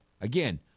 Again